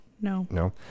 No